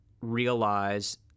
realize